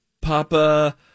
Papa